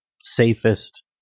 safest